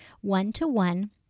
One-to-one